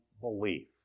belief